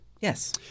Yes